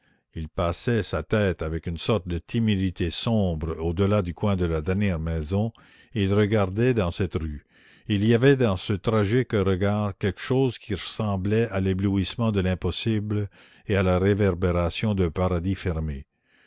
il passait sa tête avec une sorte de timidité sombre au delà du coin de la dernière maison et il regardait dans cette rue et il y avait dans ce tragique regard quelque chose qui ressemblait à l'éblouissement de l'impossible et à la réverbération d'un paradis fermé